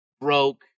broke